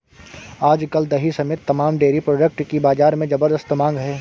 आज कल दही समेत तमाम डेरी प्रोडक्ट की बाजार में ज़बरदस्त मांग है